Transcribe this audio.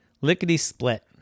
lickety-split